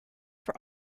for